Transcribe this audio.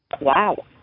Wow